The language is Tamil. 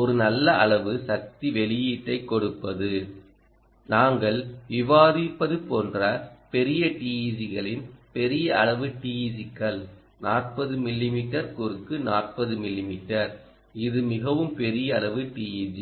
ஒரு நல்ல அளவு சக்தி வெளியீட்டைக் கொடுப்பது நாங்கள் விவாதிப்பது போன்ற பெரிய TEG களின் பெரிய அளவு TEG கள் 40 மிமீ குறுக்கு 40 மிமீ இது மிகவும் பெரிய அளவு TEG